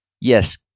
Yes